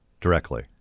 directly